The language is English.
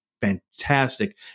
fantastic